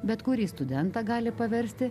bet kurį studentą gali paversti